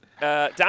Dan